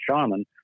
Shaman